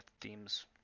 themes